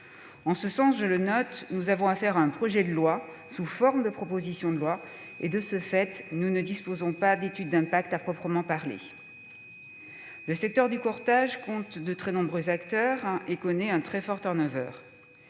En ce sens, je le note, nous avons affaire à un projet de loi sous forme de proposition de loi. De ce fait, nous ne disposons pas d'une étude d'impact à proprement parler. Le secteur du courtage compte de très nombreux acteurs et connaît un très fort turnover.